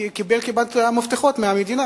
כי הוא קיבל כמעט את המפתחות של המדינה